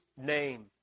name